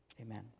Amen